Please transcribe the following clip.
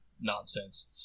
nonsense